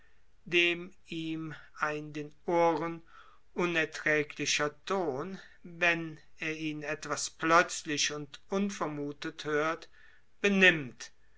den ihm ein den ohren unerträglichen ton wenn er ihn etwas plötzlich und unvermuthet hört benimmt